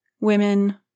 women